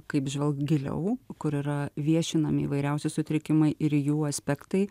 kaip žvelk giliau kur yra viešinami įvairiausi sutrikimai ir jų aspektai